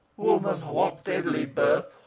woman, what deadly birth,